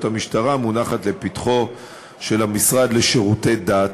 המשטרה מונחת לפתחו של המשרד לשירותי דת,